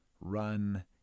run